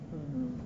mm